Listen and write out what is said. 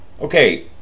okay